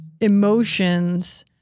emotions